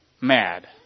mad